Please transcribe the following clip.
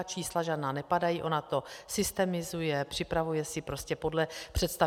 Čísla žádná nepadají, ona to systemizuje, připravuje si podle představ.